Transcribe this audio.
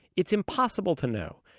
it's impossible to know,